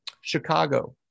chicago